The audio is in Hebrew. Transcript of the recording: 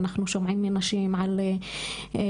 אנחנו שומעים מנשים על סכרת,